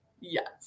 Yes